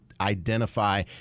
identify